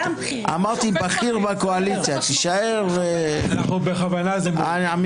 אמרתי בכיר בקואליציה, שתישאר עמימות.